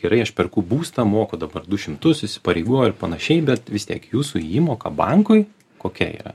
gerai aš perku būstą moku dabar du šimtus įsipareigoju ir panašiai bet vis tiek jūsų įmoka bankui kokia yra